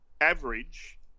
average